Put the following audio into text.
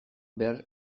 behar